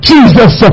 Jesus